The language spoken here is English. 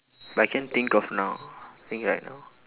but I can't think of now think right now